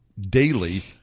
daily